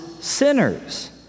sinners